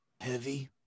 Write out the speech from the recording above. heavy